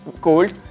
cold